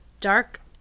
Dark